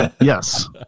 Yes